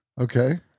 okay